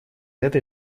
этой